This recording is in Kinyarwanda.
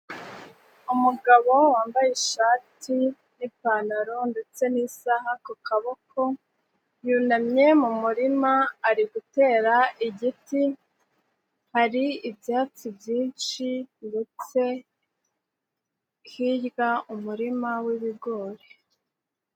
Umugabo wambaye ishati n'ipantaro ndetse n'isaha ku kaboko, yunamye mu murima ari gutera igiti, hari ibyatsi byinshi ndetse hirya umurima w'ibigori.